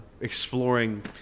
exploring